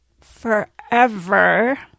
forever